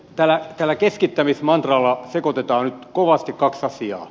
tällä keskittämismantralla sekoitetaan nyt kovasti kaksi asiaa